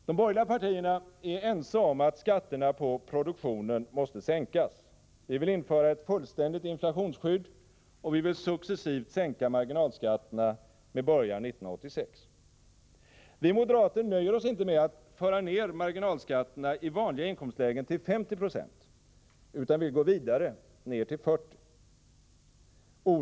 De borgerliga partierna är ense om att skatterna på produktionen måste sänkas. Vi vill införa ett fullständigt inflationsskydd, och vi vill successivt sänka marginalskatterna med början 1986. Vi moderater nöjer oss inte med att föra ned marginalskatterna i vanliga inkomstlägen till 50 90 utan vill gå vidare ned till 40 96.